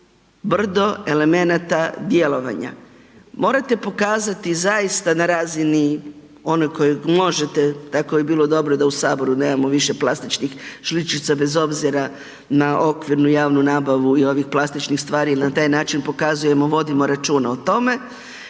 brdo elemenata djelovanja. Morate pokazati zaista na razini onoj kojoj možete, tako bi bilo dobro da u saboru nemamo više plastičnih žličica bez obzira na okvirnu javnu nabavu i ovih plastičnih stvari i na taj način pokazujemo, vodimo računa o tome.